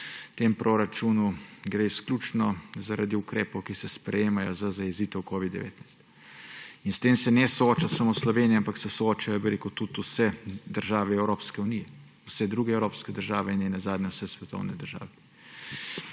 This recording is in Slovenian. V tem proračunu gre izključno zaradi ukrepov, ki se sprejemajo za zajezitev covida-19. In s tem se ne sooča samo Slovenija, ampak se soočajo, bi rekel, tudi vse države Evropske unije, vse druge evropske države in nenazadnje vse svetovne države.